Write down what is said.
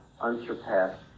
unsurpassed